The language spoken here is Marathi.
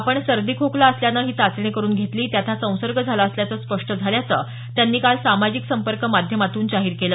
आपण सर्दी खोकला असल्यानं ही चाचणी करून घेतली त्यात हा संसर्ग झाला असल्याचं स्पष्ट झाल्याचं त्यांनी काल सामाजिक संपर्क माध्यमातून जाहीर केलं